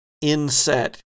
inset